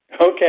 Okay